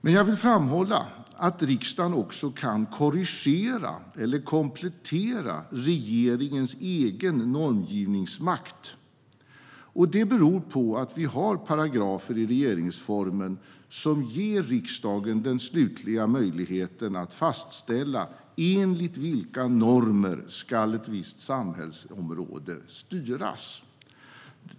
Men jag vill framhålla att riksdagen också kan korrigera eller komplettera regeringens egen normgivningsmakt. Det beror på att vi har paragrafer i regeringsformen som ger riksdagen den slutliga möjligheten att fastställa enligt vilka normer ett visst samhällsområde ska styras.